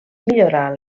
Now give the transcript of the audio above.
millorar